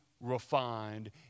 refined